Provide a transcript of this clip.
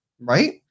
Right